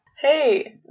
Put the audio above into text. Hey